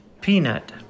Peanut